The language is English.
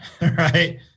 right